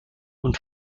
und